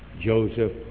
Joseph